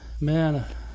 man